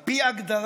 על פי ההגדרה,